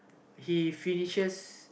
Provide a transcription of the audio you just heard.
he finishes